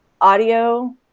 audio